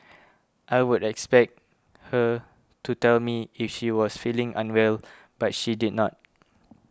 I would expect her to tell me if she was feeling unwell but she did not